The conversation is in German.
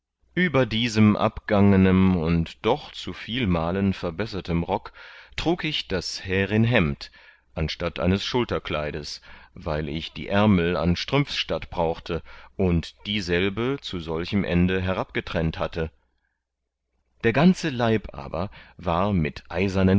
über diesem abgangenem und doch zu viel malen verbessertem rock trug ich das härin hembd anstatt eines schulterkleides weil ich die ärmel an strümpfs statt brauchte und dieselbe zu solchem ende herabgetrennet hatte der ganze leib aber war mit eisernen